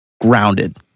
Grounded